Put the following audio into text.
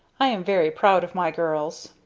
i am very proud of my girls.